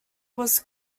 was